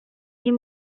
dix